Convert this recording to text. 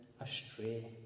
astray